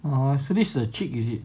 !wah! so this the cheek is it